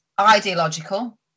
ideological